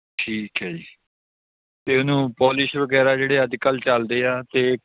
ਠੀਕ ਹੈ ਜੀ ਅਤੇ ਉਹਨੂੰ ਪੋਲਿਸ਼ ਵਗੈਰਾ ਜਿਹੜੇ ਅੱਜ ਕੱਲ੍ਹ ਚੱਲਦੇ ਆ ਅਤੇ